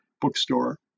bookstore